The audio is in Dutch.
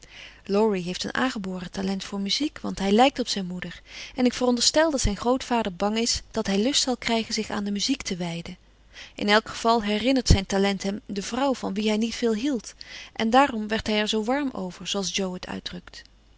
laurie heeft een aangeboren talent voor muziek want hij lijkt op zijn moeder en ik veronderstel dat zijn grootvader bang is dat hij lust zal krijgen zich aan de muziek te wijden in elk geval herinnert zijn talent hem de vrouw van wie hij niet veel hield en daarom werd hij er zoo warm over zooals jo het